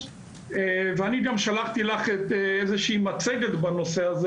ואני גם שלחתי לך איזו שהיא מצגת בנושא הזה,